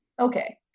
okay